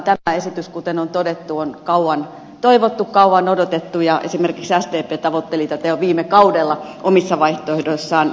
tämä esitys kuten on todettu on kauan toivottu kauan odotettu ja esimerkiksi sdp tavoitteli tätä jo viime kaudella omissa vaihtoehdoissaan